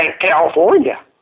California